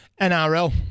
NRL